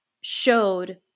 showed